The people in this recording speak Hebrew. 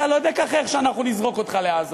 אתה לא תגחך כשאנחנו נזרוק אותך לעזה,